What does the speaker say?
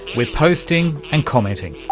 we're posting and commenting,